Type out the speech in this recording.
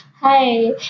Hi